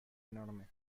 enorme